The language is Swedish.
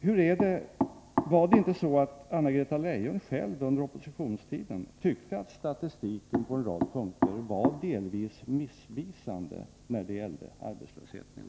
Hur är det — var det inte så att Anna-Greta Leijon själv under oppositionstiden tyckte att statistiken på en rad punkter när det gällde arbetslösheten i landet var delvis missvisande?